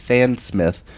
Sandsmith